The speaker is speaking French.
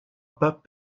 pas